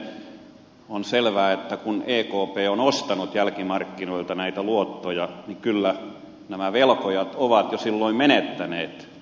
edelleen on selvää että kun ekp on ostanut jälkimarkkinoilta näitä luottoja niin kyllä nämä velkojat ovat jo silloin menettäneet ne